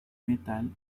metal